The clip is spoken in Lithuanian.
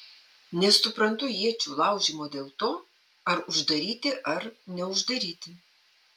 nesuprantu iečių laužymo dėl to ar uždaryti ar neuždaryti